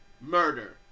murder